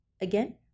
again